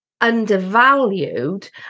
Undervalued